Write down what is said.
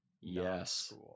yes